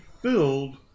filled